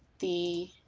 the